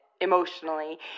emotionally